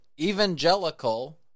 evangelical